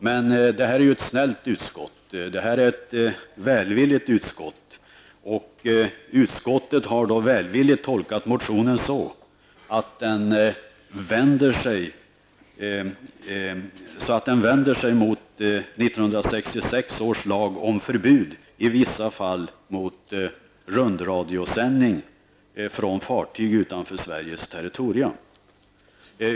Men det här är ett snällt utskott, och utskottet har då välvilligt tolkat motionen så att den vänder sig mot 1966 års lag om förbud i vissa fall mot rundradiosändning från fartyg utanför Sveriges territorium.